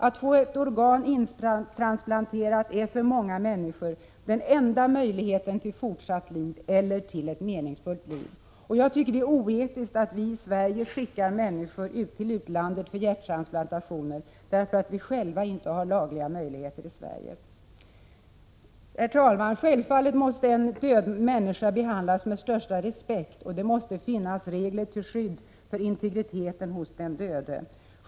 Att få ett organ intransplanterat är för många människor den enda möjligheten till fortsatt liv eller till ett meningsfullt liv. Jag tycker det är oetiskt att vi i Sverige skickar människor till utlandet för hjärttransplantationer därför att vi själva inte har lagliga möjligheter att genomföra sådana. Herr talman! Självfallet måste en död människa behandlas med största respekt, och det måste finnas regler till skydd för integriteten hos den döde.